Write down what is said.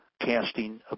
casting